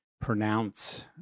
pronounce